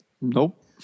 Nope